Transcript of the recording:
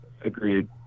Agreed